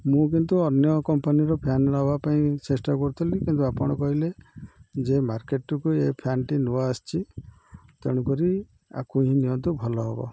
ମୁଁ କିନ୍ତୁ ଅନ୍ୟ କମ୍ପାନୀର ଫ୍ୟାନ୍ ନେବା ପାଇଁ ଚେଷ୍ଟା କରୁଥିଲି କିନ୍ତୁ ଆପଣ କହିଲେ ଯେ ମାର୍କେଟ୍ଟିକୁ ଏ ଫ୍ୟାନ୍ଟି ନୂଆ ଆସିଛି ତେଣୁକରି ଆକୁ ହିଁ ନିଅନ୍ତୁ ଭଲ ହେବ